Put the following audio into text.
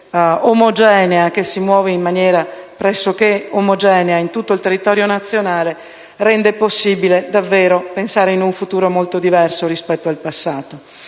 ci sia una rete omogenea, che si muove in maniera pressoché omogenea in tutto il territorio nazionale, rende davvero possibile pensare a un futuro molto diverso rispetto al passato.